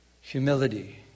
Humility